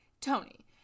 Tony